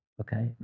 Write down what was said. okay